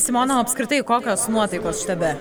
simona apskritai kokios nuotaikos štabe